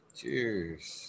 Cheers